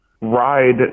ride